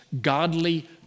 godly